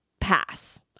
pass